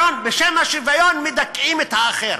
בשם השוויון מדכאים את האחר.